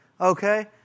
okay